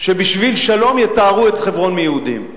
שבשביל שלום יטהרו את חברון מיהודים,